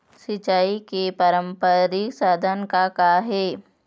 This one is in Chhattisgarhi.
सिचाई के पारंपरिक साधन का का हे?